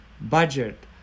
budget